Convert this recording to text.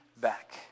back